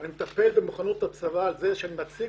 אני מטפל במוכנות הצבא בכך שאני מציג